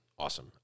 Awesome